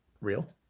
real